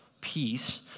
peace